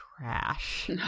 trash